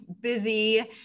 busy